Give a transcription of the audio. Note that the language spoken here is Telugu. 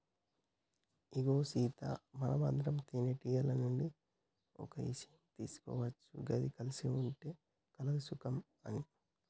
ఇగో సీత మనందరం తేనెటీగల నుండి ఓ ఇషయం తీసుకోవచ్చు గది కలిసి ఉంటే కలదు సుఖం అని